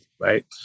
right